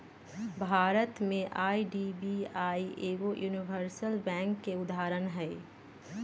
भारत में आई.डी.बी.आई एगो universal bank के उदाहरण हइ